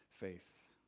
faith